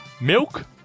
Milk